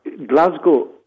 Glasgow